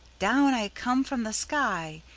down i come from the sky!